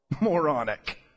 moronic